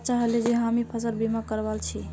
अच्छा ह ले जे हामी फसल बीमा करवाल छि